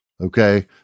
Okay